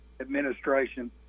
administration